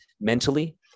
mentally